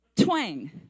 Twang